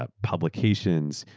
ah publications,